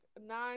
nine